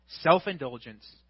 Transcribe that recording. self-indulgence